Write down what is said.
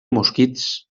mosquits